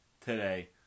today